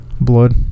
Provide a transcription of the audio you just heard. blood